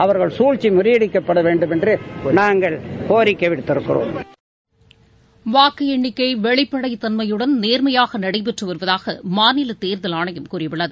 அவர்களது சூழ்ச்சி முறியடிக்கப்பட வேண்டும் என்ற நாங்கள் கோரிக்கை கவத்திருக்கிறோம் வாக்கு எண்ணிக்கை வெளிப்படைத் தன்மையுடன் நேர்மையாக நடைபெற்றுவருவதாக மாநில தேர்தல் ஆணையம் கூறியுள்ளது